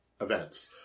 events